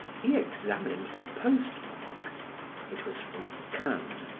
he examined the postmark it was from cannes.